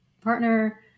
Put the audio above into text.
partner